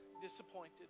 disappointed